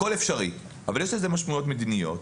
הכול אפשרי אבל יש לזה משמעויות מדיניות.